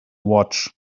watch